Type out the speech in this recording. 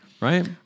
Right